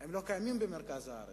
לא קיימים במרכז הארץ,